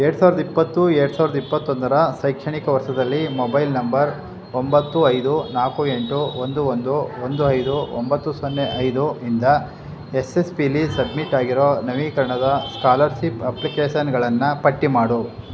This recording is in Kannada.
ಎರಡು ಸಾವ್ರದ ಇಪ್ಪತ್ತು ಎರಡು ಸಾವ್ರದ ಇಪ್ಪತ್ತೊಂದರ ಶೈಕ್ಷಣಿಕ ವರ್ಷದಲ್ಲಿ ಮೊಬೈಲ್ ನಂಬರ್ ಒಂಬತ್ತು ಐದು ನಾಲ್ಕು ಎಂಟು ಒಂದು ಒಂದು ಒಂದು ಐದು ಒಂಬತ್ತು ಸೊನ್ನೆ ಐದು ಇಂದ ಎಸ್ ಎಸ್ ಪಿ ಲಿ ಸಬ್ಮಿಟ್ ಆಗಿರೋ ನವೀಕರಣದ ಸ್ಕಾಲರ್ಷಿಪ್ ಅಪ್ಲಿಕೇಷನ್ಗಳನ್ನು ಪಟ್ಟಿ ಮಾಡು